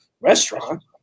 restaurant